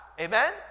amen